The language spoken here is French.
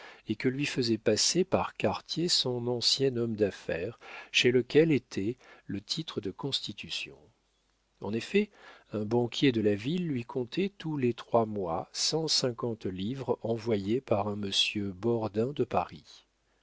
et que lui faisait passer par quartier son ancien homme d'affaires chez lequel était le titre de constitution en effet un banquier de la ville lui comptait tous les trois mois cent cinquante livres envoyées par un monsieur bordin de paris